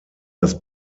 das